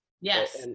Yes